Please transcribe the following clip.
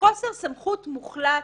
בחוסר סמכות מוחלט,